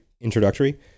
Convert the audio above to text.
introductory